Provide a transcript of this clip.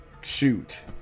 shoot